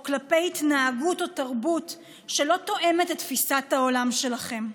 או כלפי התנהגות או תרבות שלא תואמת את תפיסת העולם שלכם.